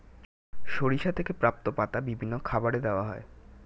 সরিষা থেকে প্রাপ্ত পাতা বিভিন্ন খাবারে দেওয়া হয়